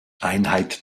einheit